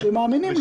הם מאמינים לו.